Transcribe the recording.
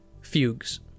Fugues